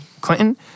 Clinton